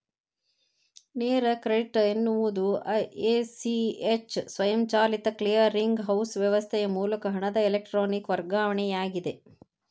ನೇರ ಕ್ರೆಡಿಟ್ ಎನ್ನುವುದು A, C, H ಸ್ವಯಂಚಾಲಿತ ಕ್ಲಿಯರಿಂಗ್ ಹೌಸ್ ವ್ಯವಸ್ಥೆಯ ಮೂಲಕ ಹಣದ ಎಲೆಕ್ಟ್ರಾನಿಕ್ ವರ್ಗಾವಣೆಯಾಗಿದೆ